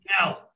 Now